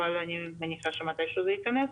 אבל אני מניחה שמתישהו זה ייכנס.